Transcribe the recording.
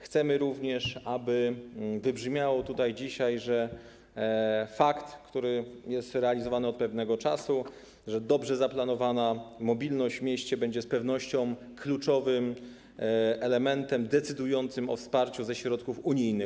Chcemy również, aby wybrzmiało dzisiaj - to jest realizowane od pewnego czasu - że dobrze zaplanowana mobilność w mieście będzie z pewnością kluczowym elementem decydującym o wsparciu ze środków unijnych.